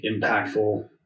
impactful